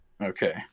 Okay